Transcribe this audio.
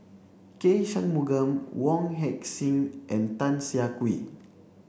K Shanmugam Wong Heck Sing and Tan Siah Kwee